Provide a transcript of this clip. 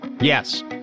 Yes